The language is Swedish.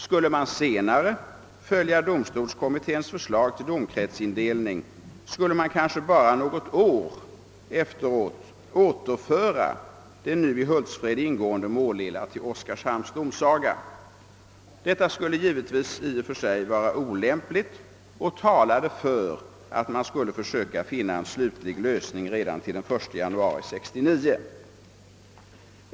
Skulle man senare komma att följa domstolskommitténs förslag till domkretsindelning skulle man kanske bara något år därefter återföra det nu i Hultsfred ingående Målilla till Oskarshamns domsaga. Detta skulle i och för sig vara olämpligt och talade för att man borde försöka finna en slutlig lösning redan till den 1 januari 1969.